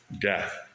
Death